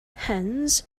hence